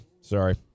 Sorry